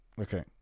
Okay